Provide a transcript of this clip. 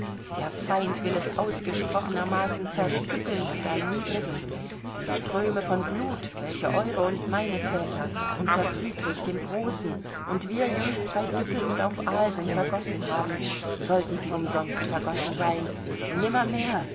der feind will es ausgesprochenermaßen zerstückeln und erniedrigen die ströme von blut welche eure und meine väter unter friedrich dem großen und wir jüngst bei düppel und auf alsen vergossen haben sollten sie umsonst vergossen sein